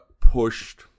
pushed